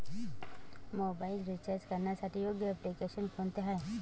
Mobile recharge करण्यासाठी योग्य application कोणते आहे?